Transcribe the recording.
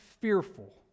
fearful